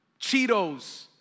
Cheetos